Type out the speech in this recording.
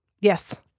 Yes